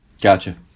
Gotcha